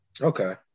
Okay